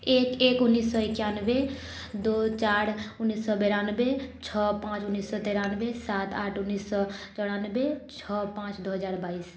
एक एक उन्नैस सए एकानबे दू चारि उन्नैस सए बेरानबे छओ पाँच उन्नैस सए तिरानबे सात आठ उन्नैस सए चौरानबे छओ पाँच दू हजार बाइस